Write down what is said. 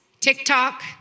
TikTok